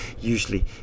usually